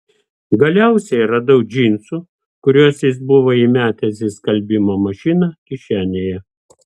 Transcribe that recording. galiausiai radau džinsų kuriuos jis buvo įmetęs į skalbimo mašiną kišenėje